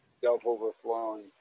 self-overflowing